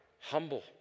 humble